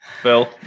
Phil